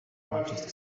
manchester